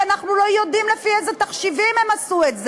שאנחנו לא יודעים לפי איזה תחשיבים הם עשו את זה.